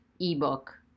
ebook